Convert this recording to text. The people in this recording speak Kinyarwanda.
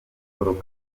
paul